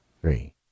three